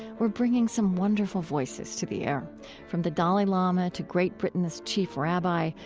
we're bringing some wonderful voices to the air from the dalai lama to great britain's chief rabbi,